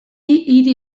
hiri